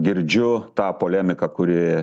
girdžiu tą polemiką kuri